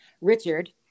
Richard